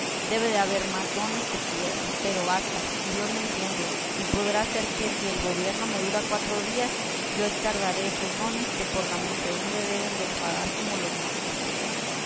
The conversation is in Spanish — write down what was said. debe de haber más dones que piedras pero basta dios me entiende y podrá ser que si el gobierno me dura cuatro días yo escardaré estos dones que por la muchedumbre deben de enfadar como los mosquitos